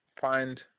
find